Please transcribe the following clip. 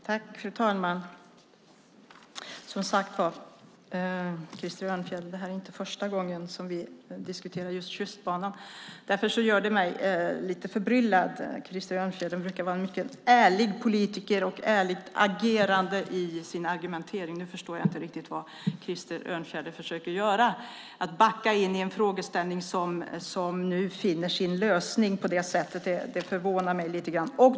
Fru talman! Det här är som sagt inte första gången vi diskuterar Tjustbanan, Krister Örnfjäder. Därför gör detta mig lite förbryllad. Krister Örnfjäder brukar vara en mycket ärlig politiker med ett ärligt agerande i sin argumentering. Nu förstår jag inte riktigt vad han försöker göra. Det förvånar mig lite grann när han på detta sätt försöker backa in i en frågeställning som nu finner sin lösning.